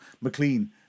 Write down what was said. McLean